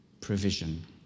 provision